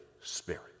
Spirit